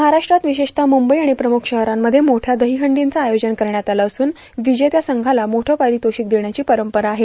महाराष्ट्रात विशेषतः मुंबई आणि प्रमुख शहरांमध्ये मोठ्या दहीहंडींचं आयोजन करण्यात आलं असून विजेत्या संघाला मोठं पारितोषिक देण्याची परंपरा आहे